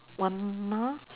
one m~ more